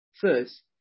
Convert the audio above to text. first